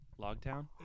Logtown